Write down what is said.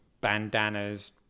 bandanas